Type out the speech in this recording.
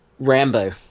Rambo